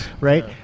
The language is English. right